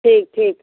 ठीक ठीक